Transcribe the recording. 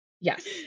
Yes